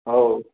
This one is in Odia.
ହଉ